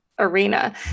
Arena